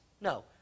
No